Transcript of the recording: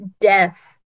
death